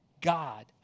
God